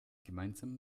gemeinsam